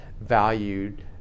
valued